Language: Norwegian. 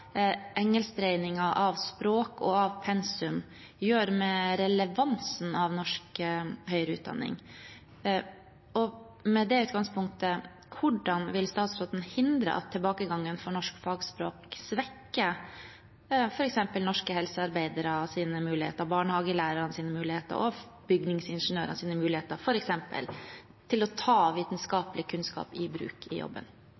av språk og pensum gjør med relevansen av norsk høyere utdanning. Med det utgangspunktet: Hvordan vil statsråden hindre at tilbakegangen for norsk fagspråk svekker f.eks. norske helsearbeideres muligheter, barnehagelæreres muligheter og bygningsingeniørers muligheter til å ta vitenskapelig kunnskap i bruk i jobben?